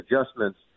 adjustments